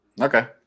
Okay